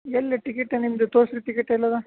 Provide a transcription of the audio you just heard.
ಎಲ್ಲಿ ಟಿಕಿಟ್ ನಿಮ್ದು ತೋರ್ಸ್ರಿ ತಿಕಿಟ್ ಎಲ್ಲದ